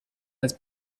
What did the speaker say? als